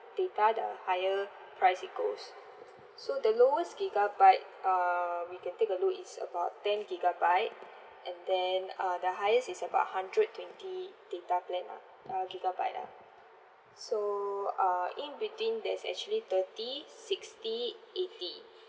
data the higher price it goes so the lowest gigabyte uh we can take a look is about ten gigabyte and then uh the highest is about hundred twenty data plan lah uh gigabyte lah so uh in between there's actually thirty sixty eighty